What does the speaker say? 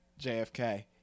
jfk